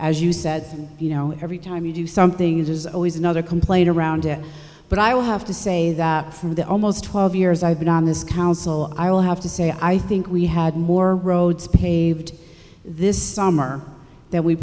as you said you know every time you do something it is always another complaint around it but i would have to say that from the almost twelve years i've been on this council i will have to say i think we had more roads paved this summer that we